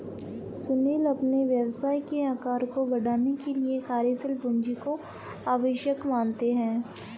सुनील अपने व्यवसाय के आकार को बढ़ाने के लिए कार्यशील पूंजी को आवश्यक मानते हैं